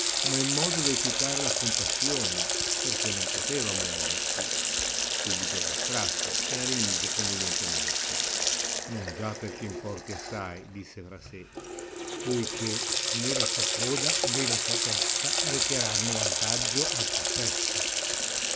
ma in modo da eccitare la compassione perchè non poteva muoversi subito la estrasse e la rimise convenientemente non già perchè importi assai disse fra sè poichè nè la sua coda nè la sua testa recheranno vantaggio al processo